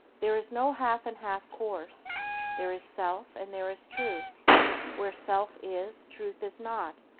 there is no half-and-half course there is self and there is truth where self is, truth is not,